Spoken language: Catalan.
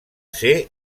ser